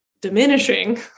diminishing